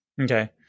Okay